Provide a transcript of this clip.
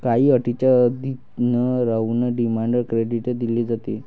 काही अटींच्या अधीन राहून डिमांड क्रेडिट दिले जाते